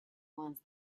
once